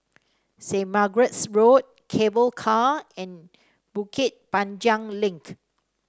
Saint Margaret's Road Cable Car and Bukit Panjang Link